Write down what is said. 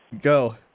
Go